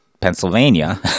Pennsylvania